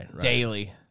daily